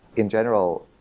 in general,